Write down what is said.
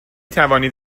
توانید